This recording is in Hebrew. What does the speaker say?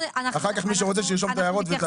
אחר כך מי שרוצה שירשום את ההערות.